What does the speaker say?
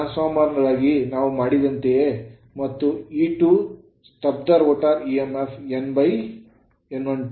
ಟ್ರಾನ್ಸ್ farmer ಗಾಗಿ ನಾವು ಮಾಡಿದಂತೆಯೇ ಮತ್ತು E2 ಸ್ತಬ್ಧರೋಟರ್ emf N1 N2